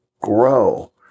grow